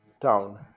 town